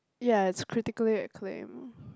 ya it's critically acclaimed